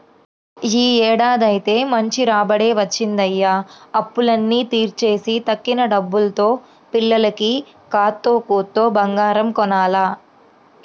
యీ ఏడాదైతే మంచి రాబడే వచ్చిందయ్య, అప్పులన్నీ తీర్చేసి తక్కిన డబ్బుల్తో పిల్లకి కాత్తో కూత్తో బంగారం కొనాల